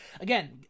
again